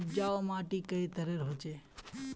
उपजाऊ माटी कई तरहेर होचए?